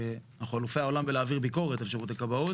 שאנחנו אלופי העולם בלהעביר ביקורת על שירותי כבאות.